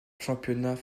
championnats